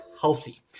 healthy